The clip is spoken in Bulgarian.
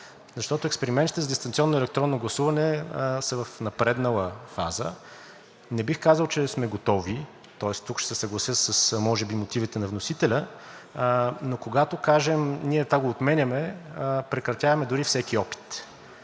защото експериментите за дистанционно електронно гласуване са в напреднала фаза. Не бих казал, че сме готови, тоест тук ще се съглася може би с мотивите на вносителя, но когато кажем – ние това го отменяме, прекратяваме дори всеки опит.